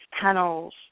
tunnels